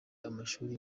amashuri